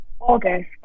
august